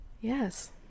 yes